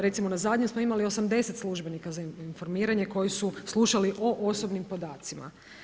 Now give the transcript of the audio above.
Recimo, na zadnjem smo imali 80 službenika za informiranje koji su slušali o osobnim podacima.